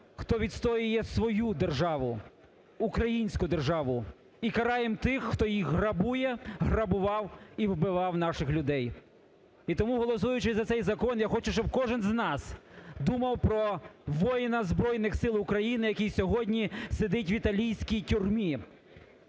хто відстоює свою державу, українську державу, і караємо тих, хто її грабує, грабував і вбивав наших людей. І тому, голосуючи за цей закон, я хочу, щоб кожен з нас думав про воїна Збройних Сил України, який сьогодні сидить в італійській тюрмі,